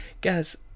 guys